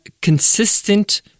consistent